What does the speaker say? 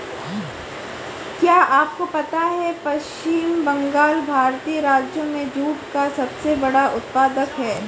क्या आपको पता है पश्चिम बंगाल भारतीय राज्यों में जूट का सबसे बड़ा उत्पादक है?